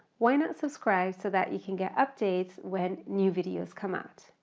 why not subscribe so that you can get updates when new videos come out.